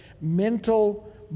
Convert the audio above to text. mental